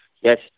Yes